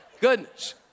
Goodness